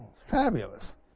Fabulous